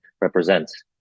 represents